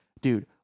Dude